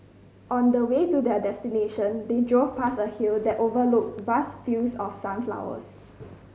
on the way to their destination they drove past a hill that overlooked vast fields of sunflowers